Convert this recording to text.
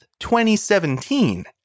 2017